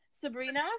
Sabrina